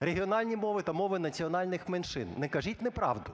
регіональні мови та мови національних меншин. Не кажіть неправду.